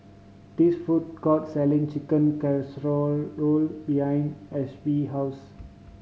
these food court selling Chicken Casserole behind Ashby house